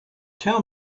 tell